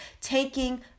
taking